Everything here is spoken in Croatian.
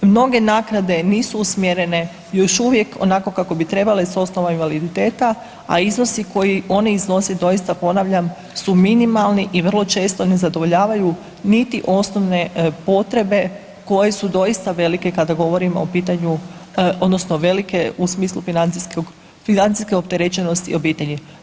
Mnoge naknade nisu usmjerene još uvijek onako kako bi trebale s osnova invaliditeta, a iznosi koji oni iznose, doista ponavljam su minimalni i vrlo često ne zadovoljavaju niti osnove potrebe koje su doista velike kada govorimo o pitanju, odnosno velike u smislu financijske opterećenosti obitelji.